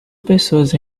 pessoas